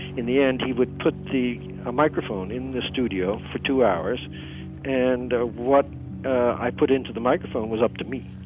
in the end, he would put the microphone in the studio for two hours and ah what i put into the microphone was up to me.